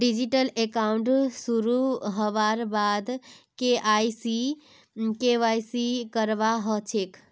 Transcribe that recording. digital account शुरू हबार बाद के.वाई.सी करवा ह छेक